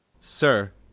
Sir